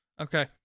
okay